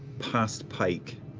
past pike,